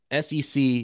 SEC